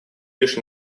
лишь